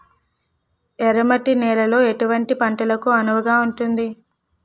ఎర్ర మట్టి నేలలో ఎటువంటి పంటలకు అనువుగా ఉంటుంది?